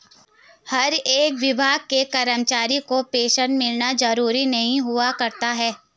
हर एक विभाग के कर्मचारी को पेन्शन मिलना जरूरी नहीं हुआ करता है